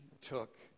took